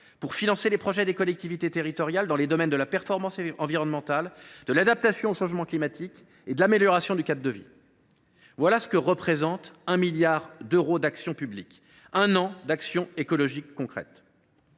de financer les projets des collectivités locales dans les domaines de la performance environnementale, de l’adaptation au changement climatique et de l’amélioration du cadre de vie. Voilà ce que représente 1 milliard d’euros d’action publique : un an d’initiatives écologiques concrètes.